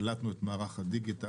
קלטנו את מערך הדיגיטל,